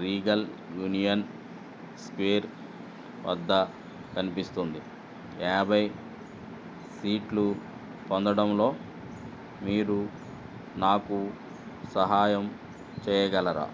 Regal Union Square వద్ద కనిపిస్తుంది యాభై సీట్లు పొందడంలో మీరు నాకు సహాయం చేయగలరా